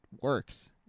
works